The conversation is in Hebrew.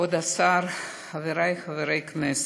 כבוד השר, חבריי חברי הכנסת,